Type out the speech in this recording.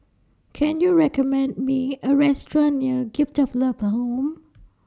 Can YOU recommend Me A Restaurant near Gift of Love Home